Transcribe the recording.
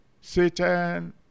Satan